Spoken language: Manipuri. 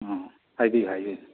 ꯑꯣ ꯍꯥꯏꯕꯤꯌꯨ ꯍꯥꯏꯕꯤꯌꯨ